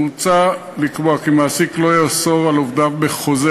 מוצע לקבוע כי מעסיק לא יאסור על עובדיו בחוזה